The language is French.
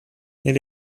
elle